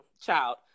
child